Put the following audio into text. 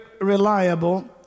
reliable